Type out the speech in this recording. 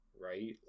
right